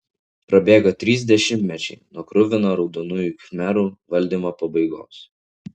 prabėgo trys dešimtmečiai nuo kruvino raudonųjų khmerų valdymo pabaigos